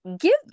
give